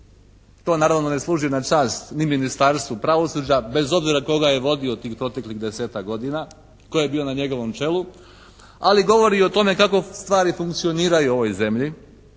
To naravno ne služi na čast ni Ministarstvu pravosuđa bez obzira tko ga je vodio tih proteklih 10-tak godina, tko je bio na njegovom čelu, ali govori i o tome kako stvari funkcioniraju u ovoj zemlji.